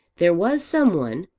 there was some one,